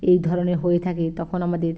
এই ধরনের হয়ে থাকে তখন আমাদের